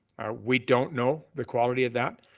we don't know the quality of that.